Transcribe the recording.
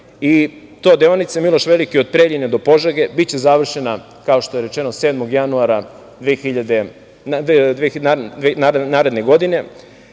Deonica „Miloš Veliki“ od Preljine do Požege, biće završena, kao što je rečeno, 7. januara naredne godine.